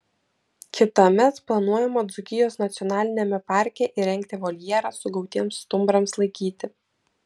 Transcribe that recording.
kitąmet planuojama dzūkijos nacionaliniame parke įrengti voljerą sugautiems stumbrams laikyti